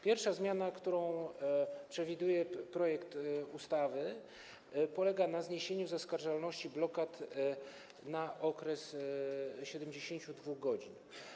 Pierwsza zmiana, którą przewiduje projekt ustawy, polega na zniesieniu zaskarżalności blokad na okres 72 godzin.